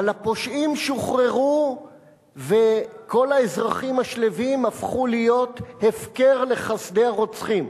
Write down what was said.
אבל הפושעים שוחררו וכל האזרחים השלווים הפכו להיות הפקר לחסדי הרוצחים.